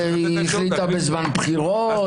והיא החליטה בזמן בחירות,